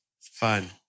Fun